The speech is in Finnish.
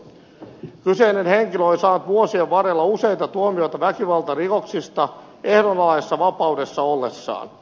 kyseinen henkilö oli saanut vuosien varrella useita tuomioita väkivaltarikoksista ehdonalaisessa vapaudessa ollessaan